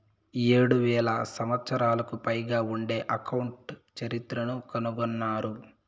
ఏడు వేల సంవత్సరాలకు పైగా ఉండే అకౌంట్ చరిత్రను కనుగొన్నారు